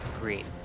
green